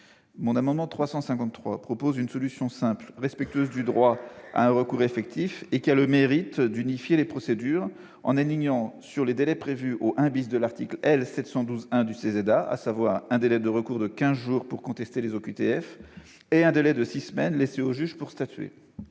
l'amendement n° 353, nous proposons une solution simple, respectueuse du droit à un recours effectif et qui a le mérite d'unifier les procédures, en s'alignant sur les délais prévus au I de l'article L.512-1 du CESEDA, à savoir un délai de recours de 15 jours pour contester les OQTF et un délai de 6 semaines laissé au juge pour statuer.